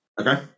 Okay